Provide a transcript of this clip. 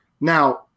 Now